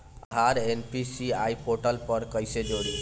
आधार NPCI portal पर कईसे जोड़ी?